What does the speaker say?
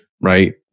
Right